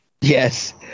Yes